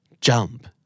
Jump